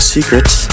Secrets